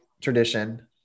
tradition